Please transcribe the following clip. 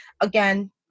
Again